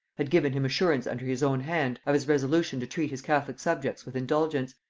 had given him assurance under his own hand of his resolution to treat his catholic subjects with indulgence,